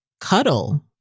cuddle